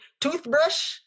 Toothbrush